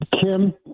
Kim